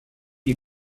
you